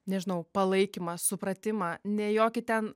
nežinau palaikymą supratimą ne jokį ten